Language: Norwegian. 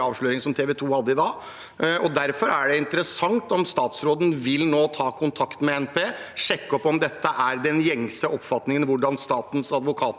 avsløringene TV 2 hadde i dag. Derfor er det interessant om statsråden nå vil ta kontakt med NPE og sjekke opp om dette er den gjengse oppfatningen av hvordan statens advokater